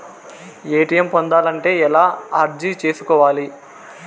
ATM పొందాలంటే ఎలా అర్జీ సేసుకోవాలి?